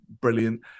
brilliant